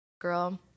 girl